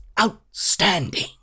outstanding